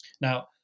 Now